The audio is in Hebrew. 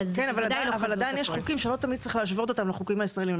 כן אבל עדיין יש חוקים שלא צריך להשוות אותם לחוקים של הישראלים,